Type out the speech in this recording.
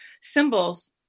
symbols